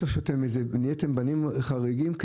מסר שנהייתם בנים חריגים,